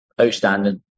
outstanding